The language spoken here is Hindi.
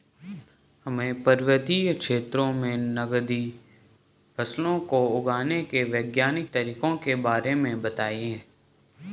हमें पर्वतीय क्षेत्रों में नगदी फसलों को उगाने के वैज्ञानिक तरीकों के बारे में बताइये?